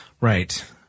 Right